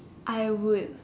I would